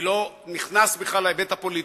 אני בכלל לא נכנס להיבט הפוליטי.